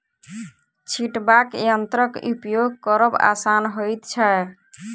छिटबाक यंत्रक उपयोग करब आसान होइत छै